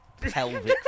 pelvic